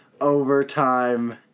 overtime